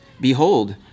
Behold